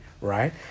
right